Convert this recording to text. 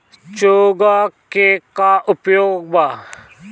चोंगा के का उपयोग बा?